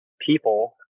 people